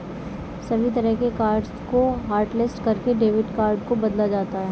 सभी तरह के कार्ड्स को हाटलिस्ट करके डेबिट कार्ड को बदला जाता है